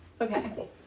Okay